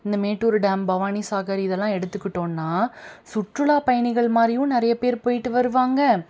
இந்த மேட்டூர் டேம் பவானிசாகர் இதெல்லாம் எடுத்துகிட்டோம்னால் சுற்றுலாப்பயணிகள் மாதிரியும் நிறைய பேர் போய்விட்டு வருவாங்க